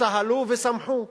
צהלו ושמחו.